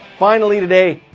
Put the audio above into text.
finally today,